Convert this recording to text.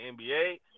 NBA –